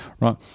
Right